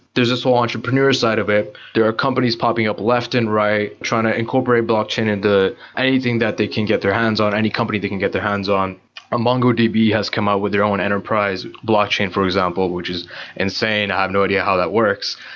there is this whole entrepreneur side of it. there are companies popping up left and right trying to incorporate blockchain into anything that they can get their hands on, any company they can get their hands on mongodb has come out with their own enterprise blockchain for example, which is insane and i have no idea how that works.